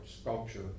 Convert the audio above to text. sculpture